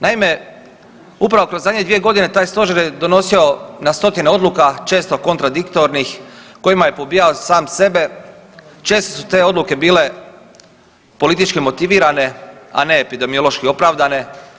Naime, upravo kroz zadnje 2.g. taj stožer je donosio na 100-tine odluka često kontradiktornih kojima je pobijao sam sebe, često su te odluke bile politički motivirane, a ne epidemiološki opravdane.